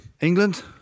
England